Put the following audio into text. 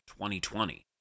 2020